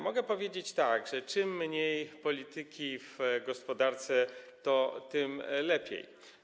Mogę powiedzieć tak: im mniej polityki w gospodarce, tym lepiej.